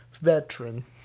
veteran